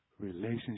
relationship